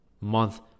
month